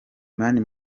mani